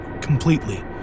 completely